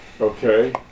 Okay